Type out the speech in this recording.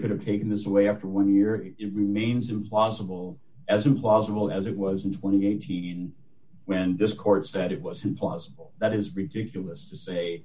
could have taken this way after one year it remains implausible as implausible as it was and twenty eight dollars he even when this court said it was impossible that is ridiculous to say